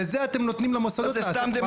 בעניין כזה אתם נותנים למוסד להתמודד.